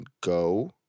go